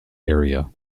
area